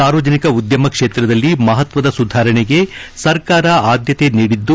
ಸಾರ್ವಜನಿಕ ಉದ್ಯಮ ಕ್ಷೇತ್ರದಲ್ಲಿ ಮಹತ್ವದ ಸುಧಾರಣೆಗೆ ಸರ್ಕಾರ ಆದ್ಯತೆ ನೀಡಿದ್ದು